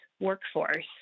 workforce